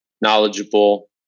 knowledgeable